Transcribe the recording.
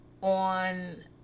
on